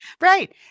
Right